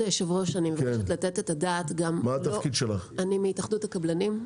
אני מהתאחדות הקבלנים.